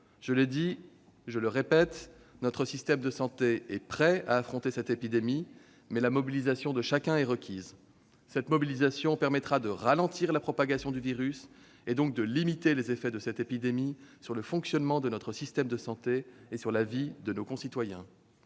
je le répète : notre système de santé est prêt à affronter cette épidémie, mais la mobilisation de chacun est requise. Cette mobilisation permettra de ralentir la propagation du virus, et donc de limiter les effets de cette épidémie sur le fonctionnement de notre système de santé et sur la vie de nos concitoyens.